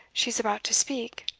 she is about to speak.